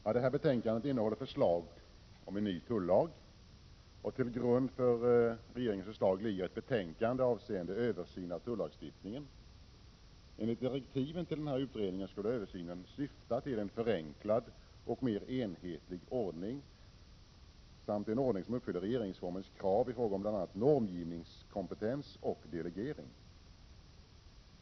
Fru talman! Detta betänkande innehåller förslag om en ny tullag. Till grund för regeringens förslag ligger ett betänkande avseende översyn av tullagstiftningen. Enligt direktiven till denna utredning skulle översynen syfta till en förenklad och mer enhetlig ordning samt en ordning som uppfyller regeringsformens krav i fråga om bl.a. normgivningskompetens och delegering.